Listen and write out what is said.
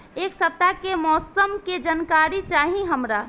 एक सपताह के मौसम के जनाकरी चाही हमरा